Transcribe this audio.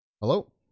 Hello